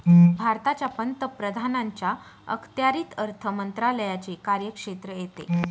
भारताच्या पंतप्रधानांच्या अखत्यारीत अर्थ मंत्रालयाचे कार्यक्षेत्र येते